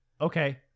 okay